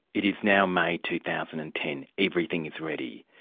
it is now may, two thousand and ten. everything is ready.